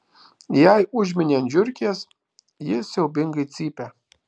jei užmini ant žiurkės ji siaubingai cypia